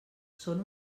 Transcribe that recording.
són